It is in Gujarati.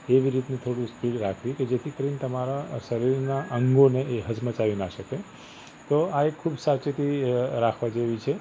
એવી રીતની થોડી સ્પીડ રાખવી કે જેથી કરીને તમારા શરીરનાં અંગોને એ હચમચાવી ના શકે તો આ એક ખૂબ સાવચેતી અ રાખવા જેવી છે